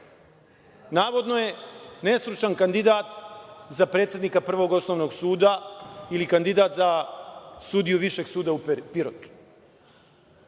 Navodno je nestručan kandidat za predsednika Prvog osnovnog suda ili kandidat za sudiju Višeg suda u Pirotu.